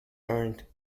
earned